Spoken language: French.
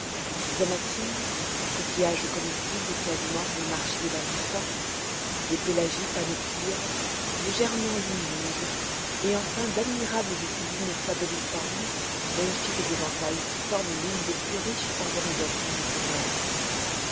des anatines coquillages comestibles qui alimentent les marchés de l'hindoustan des pélagies panopyres légèrement lumineuses et enfin d'admirables oculines flabelliformes magnifiques éventails qui forment l'une des plus riches arborisations de ces mers